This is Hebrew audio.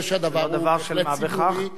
זה לא דבר של מה בכך.